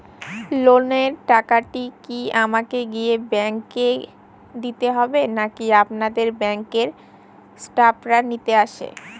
লোনের টাকাটি কি আমাকে গিয়ে ব্যাংক এ দিতে হবে নাকি আপনাদের ব্যাংক এর স্টাফরা নিতে আসে?